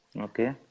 Okay